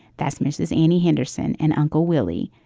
that's mrs. annie henderson and uncle willie.